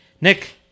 Nick